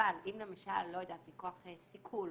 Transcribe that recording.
אבל אם למשל מכוח סיכול,